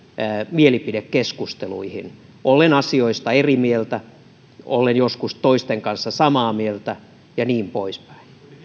mielipidekeskusteluihin olen asioista eri mieltä olen joskus toisten kanssa samaa mieltä ja niin pois päin